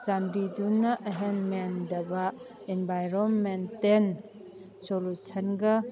ꯆꯥꯟꯕꯤꯗꯨꯅ ꯑꯍꯦꯟ ꯃꯦꯟꯗꯕ ꯏꯟꯚꯥꯏꯔꯣꯟꯃꯦꯟꯇꯦꯟ ꯁꯣꯂꯨꯁꯟꯒ